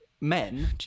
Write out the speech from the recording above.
men